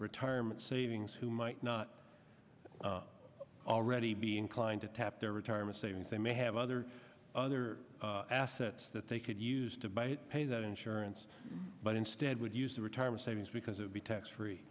retirement savings who might not already be inclined to tap their retirement savings they may have other other assets that they could use to buy pay that insurance but instead would use the retirement savings because it would be tax free